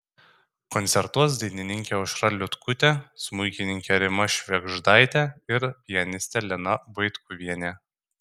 koncertuos dainininkė aušra liutkutė smuikininkė rima švėgždaitė ir pianistė lina vaitkuvienė